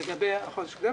לגבי החודש הקודם.